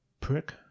prick